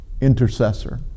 intercessor